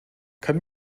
kann